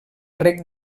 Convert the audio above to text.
rec